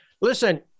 Listen